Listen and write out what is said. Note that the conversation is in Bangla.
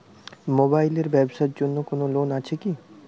মোবাইল এর ব্যাবসার জন্য কোন লোন আছে কি?